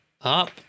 up